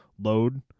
load